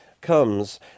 comes